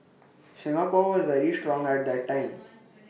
Singapore was very strong at that time